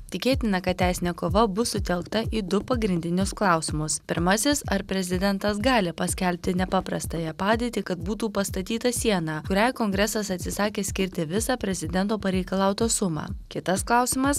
tikėtina kad teisinė kova bus sutelkta į du pagrindinius klausimus pirmasis ar prezidentas gali paskelbti nepaprastąją padėtį kad būtų pastatyta siena kuriai kongresas atsisakė skirti visą prezidento pareikalautą sumą kitas klausimas